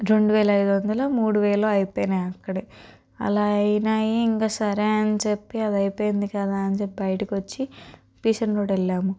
రెండు వేల ఐదొందలో మూడు వేలో అయిపోయినయి అక్కడే అలా అయినాయి ఇంకా సరే అని చెప్పి అదయిపోయింది కదా అని చెప్పి బయిటికొచ్చి బీసెంట్ రోడ్ వెళ్ళాము